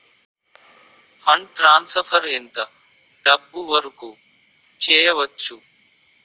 Fund transfer ఎంత డబ్బు వరుకు చేయవచ్చు?